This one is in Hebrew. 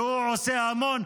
והוא עושה המון,